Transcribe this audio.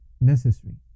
necessary